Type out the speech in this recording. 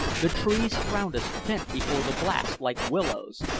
the trees around us bent before the blast like willows,